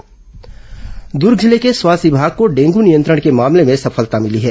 dengue नियंत्रण दुर्ग जिले के स्वास्थ्य विभाग को डेंगू नियंत्रण के मामले में सफलता मिली है